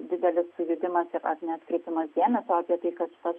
didelis sujudimas ir neatkreipiama dėmesio apie tai kad vat